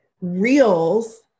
reels